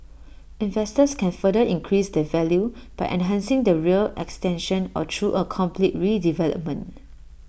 investors can further increase their value by enhancing the rear extension or through A complete redevelopment